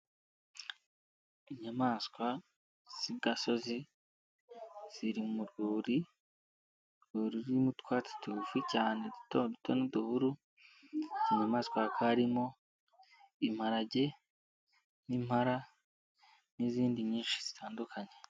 Inyamaswa z'igasozi ziri mu rwuri rurimo utwatsi tugufi cyane dutoto n'uduhuru, kinyamaswa hakaba harimo imparage n'impara n'izindi nyinshi zitandukanye.